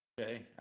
Okay